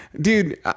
dude